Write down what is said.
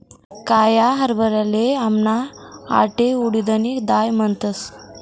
काया हरभराले आमना आठे उडीदनी दाय म्हणतस